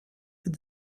with